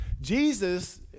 Jesus